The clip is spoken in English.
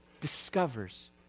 discovers